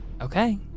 okay